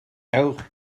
ewch